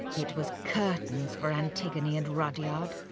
it was curtains for antigone and rudyard.